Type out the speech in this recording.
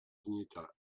dignità